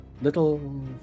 little